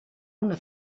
una